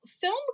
film